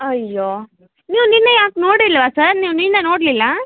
ಅಯ್ಯೋ ನೀವು ನಿನ್ನೆ ಯಾಕೆ ನೋಡಿಲ್ಲವಾ ಸರ್ ನೀವು ನಿನ್ನೆ ನೋಡಲಿಲ್ಲ